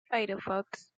firefox